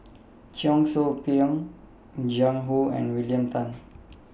Cheong Soo Pieng Jiang Hu and William Tan